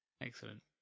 Excellent